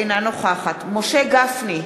אינה נוכחת משה גפני,